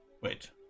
wait